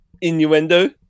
innuendo